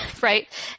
right